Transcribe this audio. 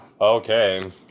Okay